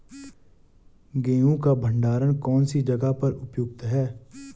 गेहूँ का भंडारण कौन सी जगह पर उपयुक्त है?